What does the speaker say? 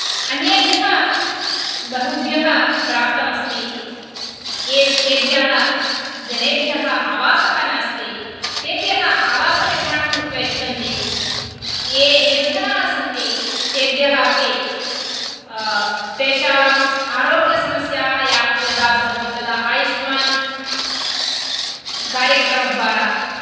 अन्येभ्यः बहुभ्यः प्राप्तम् अस्ति येभ्यः जनेभ्यः आवासः नास्ति तेभ्यः आवासनिर्माणं कृत्वा यच्छन्ति ये निर्धनः सन्ति तेभ्यः अपि तेषां आरोग्यसमस्या याः यदा भवन्ति तदा आयुष्मान् कार्यक्रमद्वारा